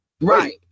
Right